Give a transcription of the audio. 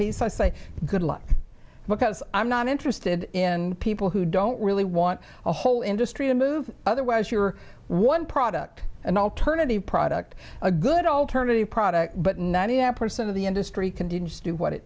piece i say good luck because i'm not interested in people who don't really want a whole industry to move otherwise you're one product an alternative product a good alternative product but ninety m percent of the industry